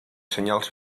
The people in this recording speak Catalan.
senyals